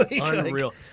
unreal